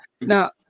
now